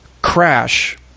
crash